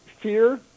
Fear